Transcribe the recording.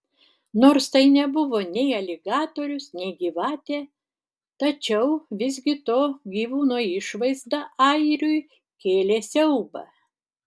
nors tai nebuvo nei aligatorius nei gyvatė tačiau visgi to gyvūno išvaizda airiui kėlė siaubą